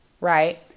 Right